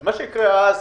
מה שיקרה אז,